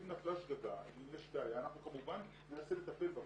אם נפלה שגגה ויש בעיה אנחנו כמובן ננסה לטפל בה,